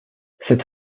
cette